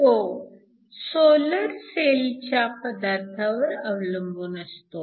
तो सोलर सेलच्या पदार्थावर अवलंबून असतो